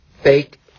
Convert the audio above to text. fake